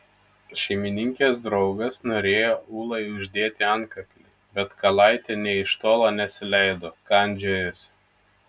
šeimininkės draugas norėjo ūlai uždėti antkaklį bet kalaitė nė iš tolo nesileido kandžiojosi